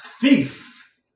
thief